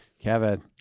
Kevin